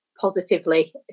positively